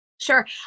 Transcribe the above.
Sure